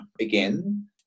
again